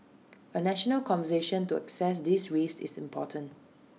A national conversation to assess these risks is important